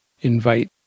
invite